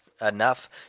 enough